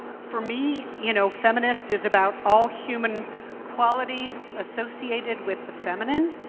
for me, you know feminist is about all human qualities associated with the feminine.